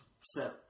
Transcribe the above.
set